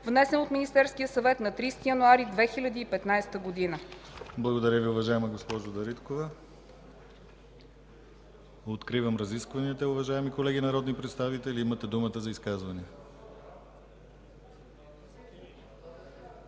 внесен от Министерския съвет на 30 януари 2015 г.” ПРЕДСЕДАТЕЛ ДИМИТЪР ГЛАВЧЕВ: Благодаря Ви, уважаема госпожо Дариткова. Откривам разискванията, уважаеми колеги народни представители. Имате думата за изказвания.